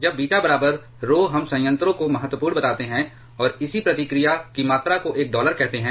जब बीटा बराबर RHO हम संयंत्रों को महत्वपूर्ण बताते हैं और इसी प्रतिक्रिया की मात्रा को एक डॉलर कहते हैं